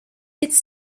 its